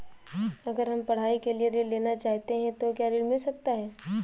अगर हम पढ़ाई के लिए ऋण लेना चाहते हैं तो क्या ऋण मिल सकता है?